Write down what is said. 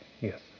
Yes